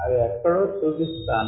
అవి ఎక్కడో చూపిస్తాను